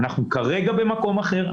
אנחנו כרגע במקום אחר.